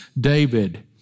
David